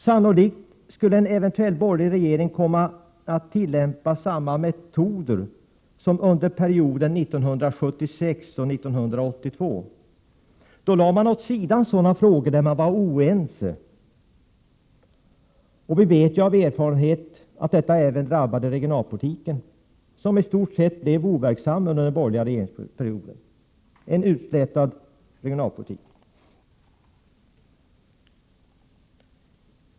Sannolikt skulle en eventuell borgerlig regering komma att tillämpa samma metoder som under perioden 1976 till 1982. Då lade man sådana frågor som man var oense om åt sidan. Vi vet ju av erfarenhet att detta även drabbade regionalpolitiken som i stort sett var verkningslös under den borgerliga regeringsperioden. Det var en utslätad regionalpolitik.